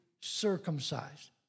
circumcised